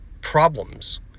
problems